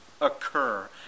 occur